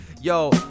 yo